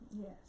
Yes